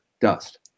dust